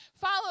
follow